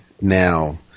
now